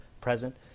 present